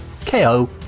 KO